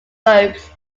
robes